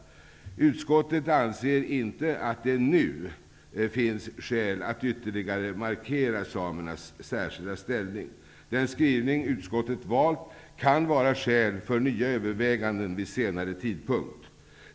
Utskottet anser inte att det nu finns skäl att ytterligare markera samernas särskilda ställning. Den skrivning utskottet valt kan vara skäl för nya överväganden vid senare tidpunkt.